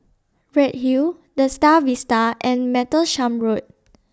Redhill The STAR Vista and Martlesham Road